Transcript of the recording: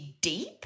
deep